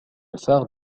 phare